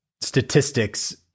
statistics